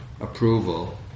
approval